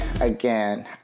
again